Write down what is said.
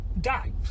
Die